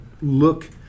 look